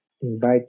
invite